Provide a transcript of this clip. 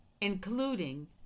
including